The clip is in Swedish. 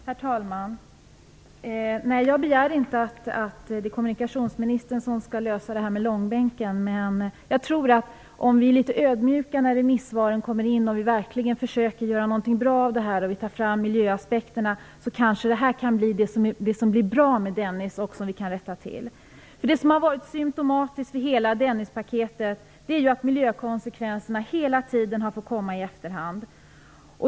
Herr talman! Nej, jag begär inte att kommunikationsministerns skall lösa detta med långbänken. Men jag tror att vi måste vara litet ödmjuka när remissvaren kommer in, att vi verkligen måste försöka att göra någonting bra av det här och att vi måste ta med miljöaspekterna. Då kan detta göra att Dennispaketet blir bra. Det som har varit symtomatiskt när det gäller hela Dennispaketet är ju att miljökonsekvenserna hela tiden har fått komma i efterhand.